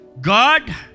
God